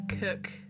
cook